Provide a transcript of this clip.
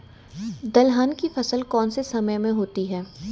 दलहन की फसल कौन से समय में होती है?